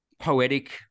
poetic